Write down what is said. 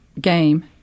game